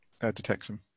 detection